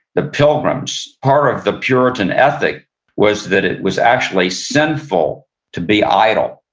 the pilgrims, part of the puritan ethic was that it was actually sinful to be idle.